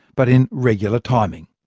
but in regular timing.